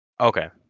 Okay